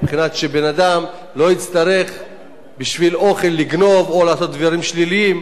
מבחינה שבן-אדם לא יצטרך בשביל אוכל לגנוב או לעשות דברים שליליים.